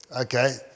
okay